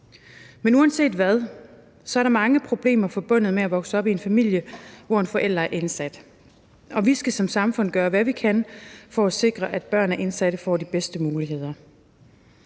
Men uanset hvad, er der mange problemer forbundet med at vokse op i en familie, hvor en forælder er indsat. Vi skal som samfund gøre, hvad vi kan for at sikre, at børn af indsatte får de bedste muligheder.